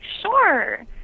Sure